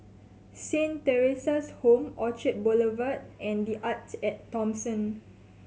Saint Theresa's Home Orchard Boulevard and The Arte At Thomson